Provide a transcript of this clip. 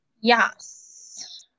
Yes